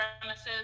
premises